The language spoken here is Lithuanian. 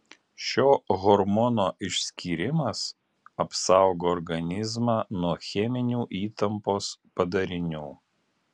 šio hormono išskyrimas apsaugo organizmą nuo cheminių įtampos padarinių